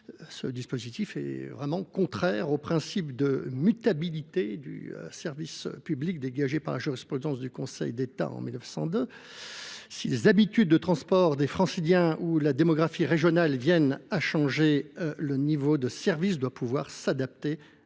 Ce dispositif est contraire au principe de mutabilité du service public, dégagé par la jurisprudence du Conseil d’État en 1902 : si les habitudes de transport des Franciliens ou la démographie régionale viennent à changer, le niveau de service doit pouvoir s’adapter